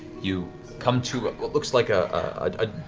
you come to but what looks like a